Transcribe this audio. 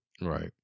right